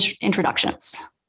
introductions